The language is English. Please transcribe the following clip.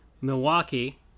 Milwaukee